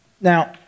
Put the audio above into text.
Now